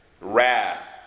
wrath